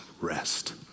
rest